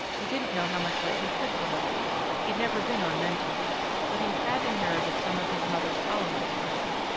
he didn't know how much light he could tolerate he'd never been on mentor but he had inherited some of his mother's tolerance for light.